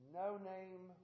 no-name